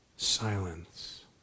Silence